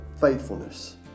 faithfulness